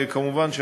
וכמובן,